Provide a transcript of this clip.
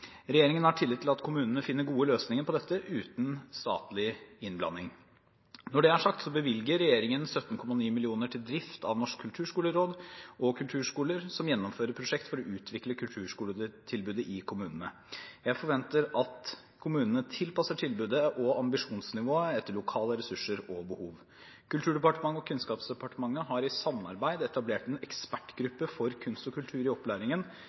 Regjeringen har tillit til at kommunene finner gode løsninger på dette uten statlig innblanding. Når det er sagt, bevilger regjeringen 17,9 mill. kr til drift av Norsk kulturskoleråd og kulturskoler som gjennomfører prosjekt for å utvikle kulturskoletilbudet i kommunene. Jeg forventer at kommunene tilpasser tilbudet og ambisjonsnivået etter lokale ressurser og behov. Kulturdepartementet og Kunnskapsdepartementet har i samarbeid etablert en ekspertgruppe for kunst og kultur i opplæringen